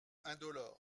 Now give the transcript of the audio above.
indolore